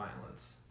violence